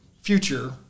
future